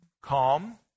Calm